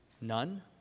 None